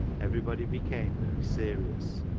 everybody became very serious,